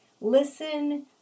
Listen